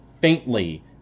faintly